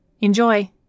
Enjoy